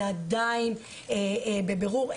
זה עדיין בבירור.